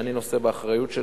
שאני נושא באחריות להם.